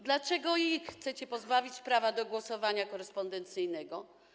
Dlaczego chcecie pozbawić ich prawa do głosowania korespondencyjnego?